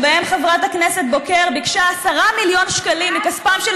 שבהם חברת הכנסת בוקר ביקשה 10 מיליון שקלים מכספם של